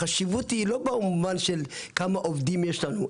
החשיבות היא לא במובן של כמה עובדים יש לנו,